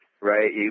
right